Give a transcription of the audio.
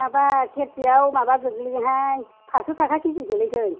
माबा सेरसेयाव माबा गोग्लैयोहाय फासस' थाखा केजि गोलैगोन